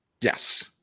Yes